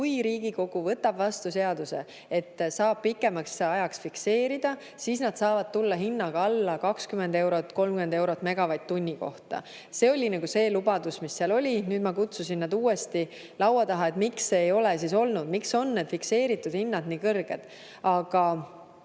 kui Riigikogu võtab vastu seaduse, et saab pikemaks ajaks hinnad fikseerida, siis nad saavad tulla hinnaga veidi alla 20–30 eurot megavatt-tunni kohta. See oli see lubadus, mis seal oli. Nüüd ma kutsusin nad uuesti laua taha, et miks on need fikseeritud hinnad nii kõrged.